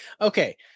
Okay